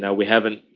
yeah we haven't.